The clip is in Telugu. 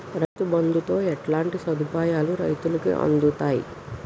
రైతు బంధుతో ఎట్లాంటి సదుపాయాలు రైతులకి అందుతయి?